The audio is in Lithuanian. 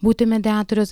būti mediatorius